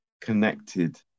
connected